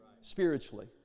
spiritually